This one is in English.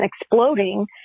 exploding